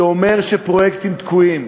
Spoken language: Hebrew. זה אומר שפרויקטים תקועים,